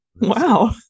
wow